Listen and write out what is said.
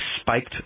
spiked